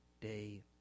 day